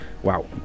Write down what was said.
Wow